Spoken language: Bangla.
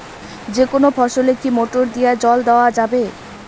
যেকোনো ফসলে কি মোটর দিয়া জল দেওয়া যাবে?